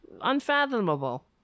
unfathomable